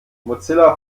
mozilla